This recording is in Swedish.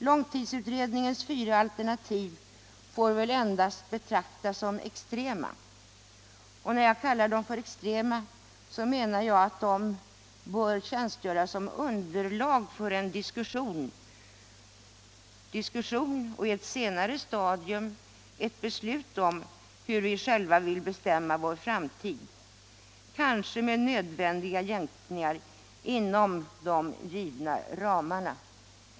Långtidsutredningens fyra alternativ får väl ändå betraktas som extrema — och när jag kallar dem extrema menar jag att de bör tjänstgöra som underlag för en diskussion och, i ett senare stadium, ett beslut om hur vi själva skall forma vår framtid, kanske med nödvändiga jämkningar inom de givna ramarna.